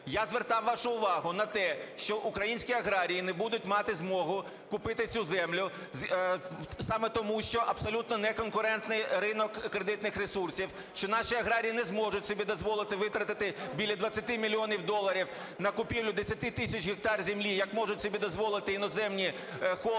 Я звертав вашу увагу на те, що українські аграрії не будуть мати змогу купити цю землю саме тому, що абсолютно неконкурентний ринок кредитних ресурсів, що наші аграрії не зможуть собі дозволити витратити біля 20 мільйонів доларів на купівлю 10 тисяч гектар землі, як можуть собі дозволити іноземні холдинги,